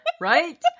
Right